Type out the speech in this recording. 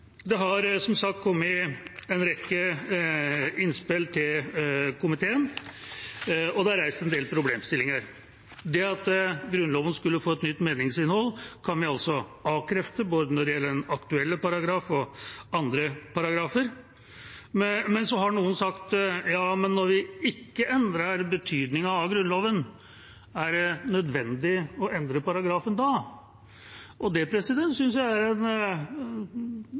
Det har som sagt kommet en rekke innspill til komiteen, og det er reist en del problemstillinger. Det at Grunnloven skulle få et nytt meningsinnhold, kan vi altså avkrefte, både når det gjelder den aktuelle paragrafen, og når det gjelder andre paragrafer. Men så har noen sagt: Når vi ikke endrer betydningen av Grunnloven, er det nødvendig å endre paragrafen da? Det synes jeg er